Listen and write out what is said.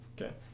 Okay